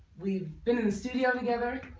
we've been in the studio together